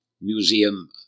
museum